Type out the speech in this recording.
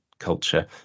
culture